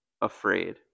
afraid